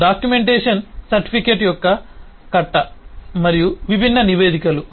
documentation certificate యొక్క కట్ట మరియు విభిన్న నివేదికలు